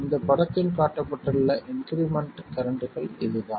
இந்த படத்தில் காட்டப்பட்டுள்ள இன்க்ரிமெண்ட் கரண்ட்கள் இதுதான்